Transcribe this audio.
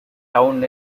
town